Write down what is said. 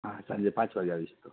હા સાંજે પાંચ વાગ્યે આવીશ તો